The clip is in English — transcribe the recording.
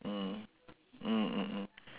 mm mm mm mm